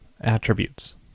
attributes